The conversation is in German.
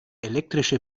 elektrische